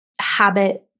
habit